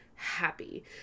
happy